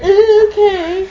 okay